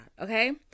Okay